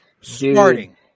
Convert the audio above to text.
Starting